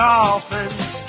Dolphins